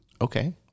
Okay